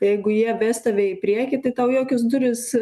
jeigu jie ves tave į priekį tai tau jokios durys